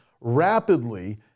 rapidly